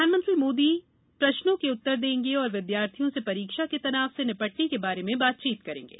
प्रधानमंत्री मोदी प्रश्नों के उत्तर देंगे और विद्यार्थियों से परीक्षा के तनाव से निपटने के बारे में बातचीत करेंगे